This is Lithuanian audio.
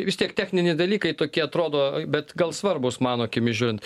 vis tiek techniniai dalykai tokie atrodo bet gal svarbūs mano akimis žiūrint